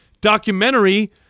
documentary